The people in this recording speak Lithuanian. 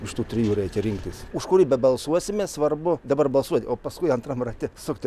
iš tų trijų reikia rinktis už kurį bebalsuosime svarbu dabar balsuoti o paskui antram rate sukti